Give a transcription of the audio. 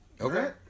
Okay